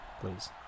please